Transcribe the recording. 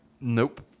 Nope